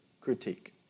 critique